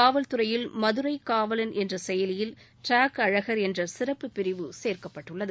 காவல்துறையில் மதுரைக் காவலன் என்ற செயலியில் ட்ராக் அழகர் என்ற சிறப்பு பிரிவு சேர்க்கப்பட்டுள்ளது